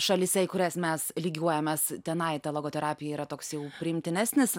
šalyse į kurias mes lygiuojamės tenai ta logoterapija yra toks jau priimtinesnis